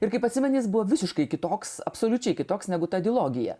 ir kaip atsimeni jis buvo visiškai kitoks absoliučiai kitoks negu ta dilogija